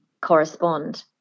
correspond